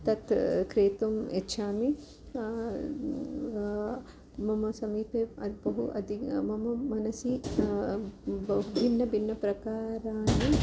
तत् क्रेतुम् इच्छामि मम समीपे बहु अधिकं मम मनसि भिन्नं भिन्नप्रकाराणि